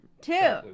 two